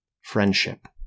Friendship